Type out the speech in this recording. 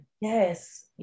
Yes